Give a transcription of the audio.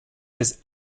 his